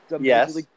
Yes